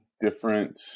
different